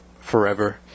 forever